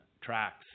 tracks